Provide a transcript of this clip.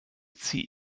ziehe